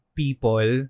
people